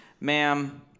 ma'am